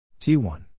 T1